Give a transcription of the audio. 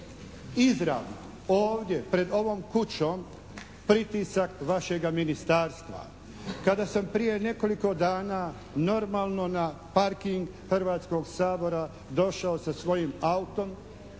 izravno ovdje, pred ovom kućom, pritisak vašega ministarstva. Kada sam prije nekoliko dana normalno na parking Hrvatskog Sabora došao sa svojim autom